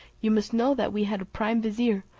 you must know that we had a prime vizier,